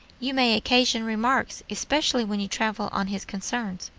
you may occasion remarks, especially when you travel on his concerns.